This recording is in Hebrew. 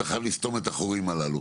אתה חייב לסתום את החורים הללו.